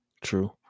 True